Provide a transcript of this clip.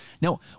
Now